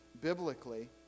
Biblically